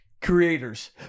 Creators